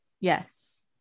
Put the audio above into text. yes